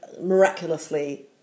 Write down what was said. miraculously